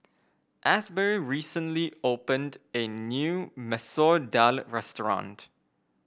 Asberry recently opened a new Masoor Dal Restaurant